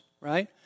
right